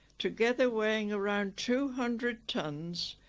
together weighing around two hundred tons.